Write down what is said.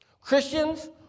Christians